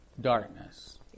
darkness